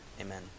Amen